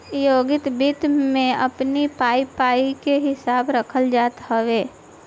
व्यक्तिगत वित्त में अपनी पाई पाई कअ हिसाब रखल जात हवे